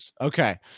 Okay